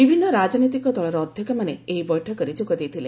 ବିଭିନ୍ନ ରାଜନୈତିକ ଦଳର ଅଧ୍ୟକ୍ଷମାନେ ଏହି ବୈଠକରେ ସାମିଲ ଦେଇଥିଲେ